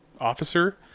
officer